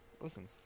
Listen